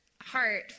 heart